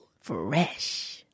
Fresh